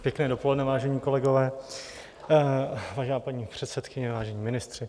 Pěkné dopoledne, vážení kolegové, vážená paní předsedkyně, vážení ministři.